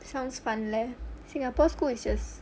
sounds fun leh singapore school is just